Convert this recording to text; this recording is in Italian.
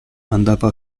andava